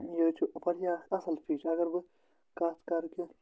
یہِ حظ چھُ واریاہ اَصٕل فِش اگر بہٕ کَتھ کَرٕ کہ